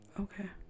Okay